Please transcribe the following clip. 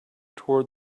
toward